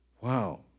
Wow